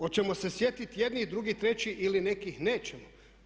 Oćemo se sjetiti jednih, drugih, trećih ili nekih nećemo?